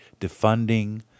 defunding